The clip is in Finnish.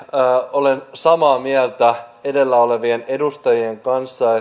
olen samaa mieltä edellä olleiden edustajien kanssa